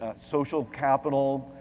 ah social capital,